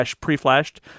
pre-flashed